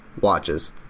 Watches